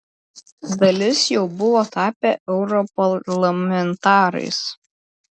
dalis jau buvo tapę europarlamentarais